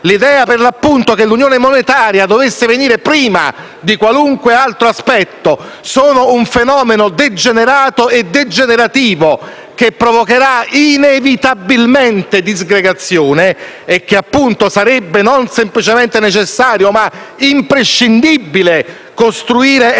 l'idea che l'unione monetaria dovesse venire prima di qualunque altro aspetto sono un fenomeno degenerato e degenerativo che provocherà inevitabilmente disgregazione e che non è semplicemente necessario, ma imprescindibile costruire elementi